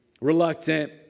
Reluctant